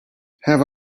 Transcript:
have